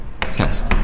test